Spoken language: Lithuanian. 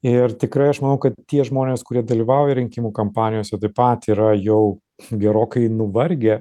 ir tikrai aš manau kad tie žmonės kurie dalyvauja rinkimų kampanijose taip pat yra jau gerokai nuvargę